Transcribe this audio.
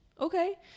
okay